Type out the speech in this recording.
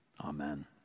amen